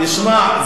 תשמע,